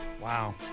Wow